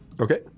Okay